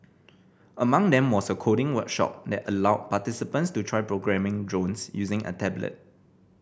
among them was a coding workshop that allowed participants to try programming drones using a tablet